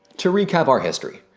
to recap our history.